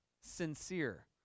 Sincere